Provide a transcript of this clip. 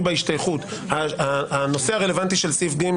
בהשתייכות שהוא הנושא הרלוונטי של סעיף (ג),